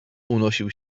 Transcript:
unosił